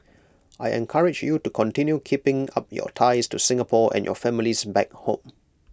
I encourage you to continue keeping up your ties to Singapore and your families back home